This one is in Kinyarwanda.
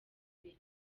mbere